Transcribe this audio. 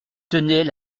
tenait